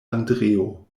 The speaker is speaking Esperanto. andreo